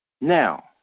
Now